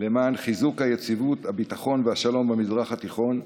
למען חיזוק היציבות, הביטחון והשלום במזרח התיכון,